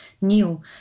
new